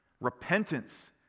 Repentance